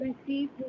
receive